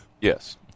Yes